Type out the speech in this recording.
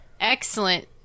excellent